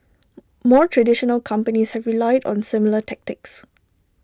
more traditional companies have relied on similar tactics